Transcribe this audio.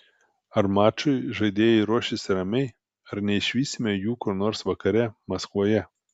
ar mačui žaidėjai ruošiasi ramiai ar neišvysime jų kur nors vakare maskvoje